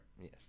Yes